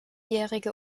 jährige